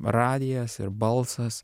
radijas ir balsas